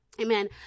amen